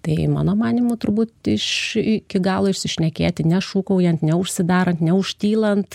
tai mano manymu turbūt iš iki galo išsišnekėti nešūkaujant neužsidarant neužtylant